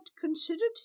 considered